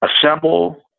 assemble